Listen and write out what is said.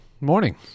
Morning